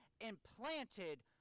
implanted